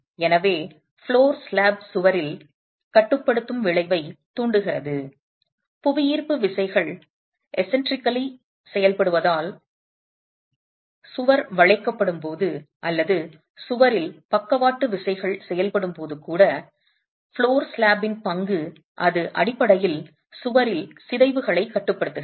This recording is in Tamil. எனவே தரை ஸ்லாப் சுவரில் கட்டுப்படுத்தும் விளைவைத் தூண்டுகிறது புவியீர்ப்பு விசைகள் விசித்திரமாகச் செயல்படுவதால் சுவர் வளைக்கப்படும்போது அல்லது சுவரில் பக்கவாட்டு விசைகள் செயல்படும் போது கூட தரை ஸ்லாப் ன் பங்கு அது அடிப்படையில் சுவரில் சிதைவுகளை கட்டுப்படுத்துகிறது